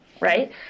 right